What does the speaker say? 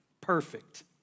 perfect